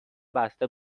بسته